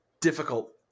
difficult